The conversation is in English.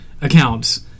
accounts